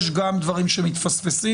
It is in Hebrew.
יש גם דברים שמתפספסים.